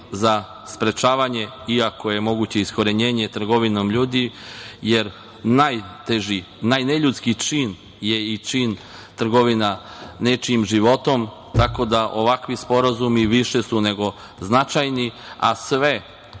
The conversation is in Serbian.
za sprečavanje i ako je moguće iskorenjenje trgovine ljudima, jer najteži i najneljudskiji čin je i čin trgovina nečijim životom. Tako da, ovakvi sporazumi više su nego značajni, a sve